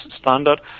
standard